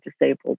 disabled